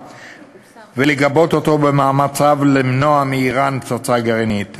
ולגבות אותו במאמציו למנוע מאיראן פצצה גרעינית.